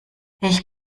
ich